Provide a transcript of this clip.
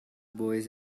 boys